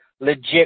legit